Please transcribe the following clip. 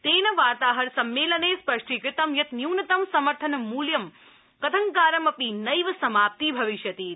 तेन वार्ताहर सम्मेलने स्पष्टीकृतं यतः न्यूनतम समर्थन मूल्यं कथंकारमपि नैव समाप्तीभविष्यति इति